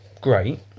great